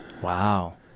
Wow